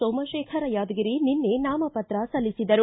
ಸೋಮಶೇಖರ ಯಾದಗಿರಿ ನಿನ್ನೆ ನಾಮ ಪತ್ರ ಸಲ್ಲಿಸಿದರು